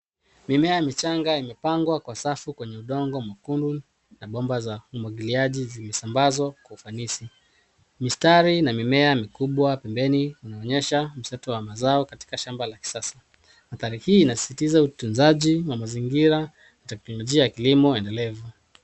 Mimea michanga imepangwa kwa safu kwenye udongo mwekundu na bomba za umwagiliaji zimesambazwa kwa ufanisi. Mistari na mimea mikubwa pembeni unaonyesha msetowa wa mazao katika shamba la kisasa. Athari hii inasisitiza utunzaji wa mazingira na teknolojia ya kilimo endelevu.